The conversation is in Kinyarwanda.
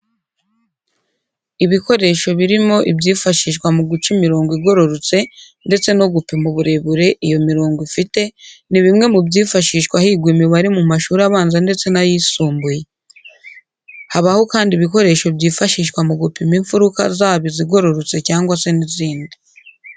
Ibikoresho birimo ibyifashishwa mu guca imirongo igororotse ndetse no gupima uburebure iyo mirongo ifite ni bimwe mu byifashishwa higwa imibare mu mashuri abanza ndetse n'ayisumbuye. Habaho kandi ibikoresho byifashishwa mu gupima imfuruka zaba izigororotse cyangwa se n'izindi.